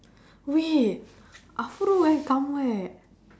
wait where come where